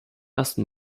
ersten